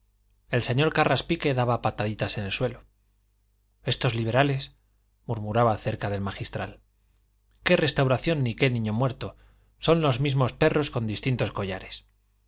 el señor carraspique daba pataditas en el suelo estos liberales murmuraba cerca del magistral qué restauración ni qué niño muerto son los mismos perros con distintos collares